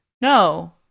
no